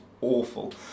awful